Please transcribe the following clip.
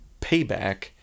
payback